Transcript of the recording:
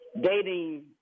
dating